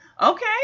Okay